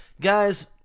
Guys